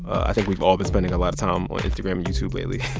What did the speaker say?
i think we've all been spending a lot of time on instagram and youtube lately.